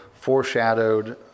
foreshadowed